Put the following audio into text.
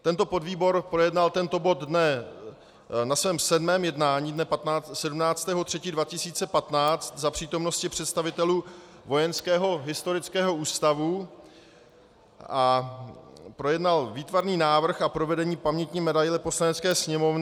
Tento podvýbor projednal tento bod na svém 7. jednání dne 17. 3. 2015 za přítomnosti představitelů Vojenského historického ústavu a projednal výtvarný návrh a provedení pamětní medaile Poslanecké sněmovny.